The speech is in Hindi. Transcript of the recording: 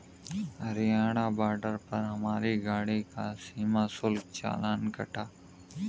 हरियाणा बॉर्डर पर हमारी गाड़ी का सीमा शुल्क चालान कटा